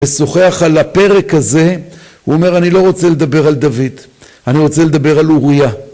ושוחח על הפרק הזה, הוא אומר אני לא רוצה לדבר על דוד, אני רוצה לדבר על אוריה.